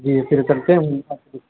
جی پھر کرتے ہیں ہم آپ کو